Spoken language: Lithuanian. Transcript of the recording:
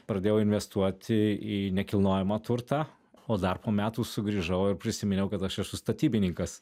pradėjau investuoti į nekilnojamą turtą o dar po metų sugrįžau ir prisiminiau kad aš esu statybininkas